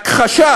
הכחשה